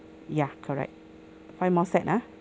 ya correct five more set ah